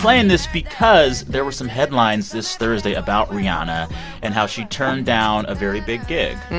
playing this because there were some headlines this thursday about rihanna and how she turned down a very big gig.